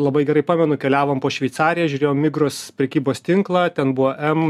labai gerai pamenu keliavom po šveicariją žiūrėjom migrus prekybos tinklą ten buvo em